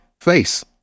face